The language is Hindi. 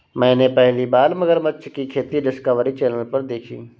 मैंने पहली बार मगरमच्छ की खेती डिस्कवरी चैनल पर देखी